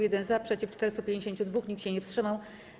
1 - za, przeciw - 452, nikt się nie wstrzymał.